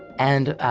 and ah,